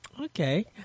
Okay